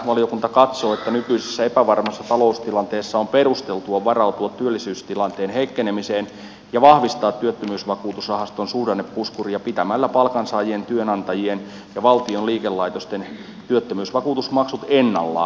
valiokunta katsoo että nykyisessä epävarmassa taloustilanteessa on perusteltua varautua työllisyystilanteen heikkenemiseen ja vahvistaa työttömyysvakuutusrahaston suhdannepuskuria pitämällä palkansaajien työnantajien ja valtion liikelaitosten työttömyysvakuutusmaksut ennallaan